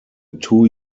two